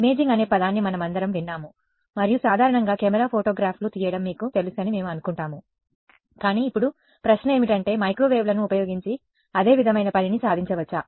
imaging అనే పదాన్ని మనమందరం విన్నాము మరియు సాధారణంగా కెమెరా ఫోటోగ్రాఫ్లు తీయడం మీకు తెలుసని మేము అనుకుంటాము కానీ ఇప్పుడు ప్రశ్న ఏమిటంటే మైక్రోవేవ్లను ఉపయోగించి అదే విధమైన పనిని సాధించవచ్చా